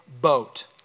boat